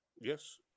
yes